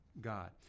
God